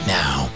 now